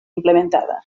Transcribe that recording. implementada